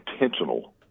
intentional